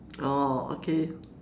oh okay